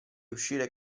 uscire